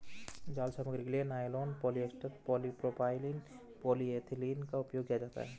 जाल सामग्री के लिए नायलॉन, पॉलिएस्टर, पॉलीप्रोपाइलीन, पॉलीएथिलीन का उपयोग किया जाता है